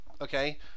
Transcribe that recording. okay